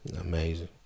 Amazing